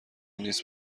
نیست